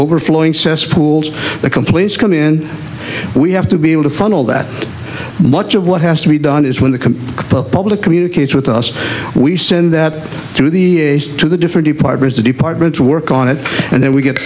are flowing cesspools the complaints come in we have to be able to funnel that much of what has to be done is when the complete public communicates with us we send that to the to the different departments the department to work on it and then we get